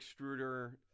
extruder